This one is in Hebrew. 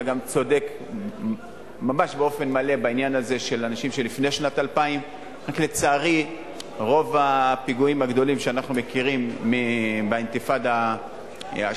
אתה גם צודק באופן מלא בעניין הזה של אנשים שהתייתמו לפני שנת 2000. לצערי רוב הפיגועים הגדולים שאנחנו מכירים הם מהאינתיפאדה השנייה,